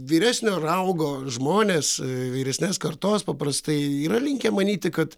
vyresnio raugo žmonės vyresnės kartos paprastai yra linkę manyti kad